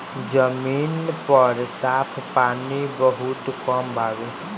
जमीन पर साफ पानी बहुत कम बावे